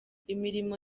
imirimo